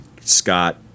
Scott